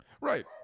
right